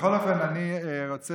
בכל אופן, אני רוצה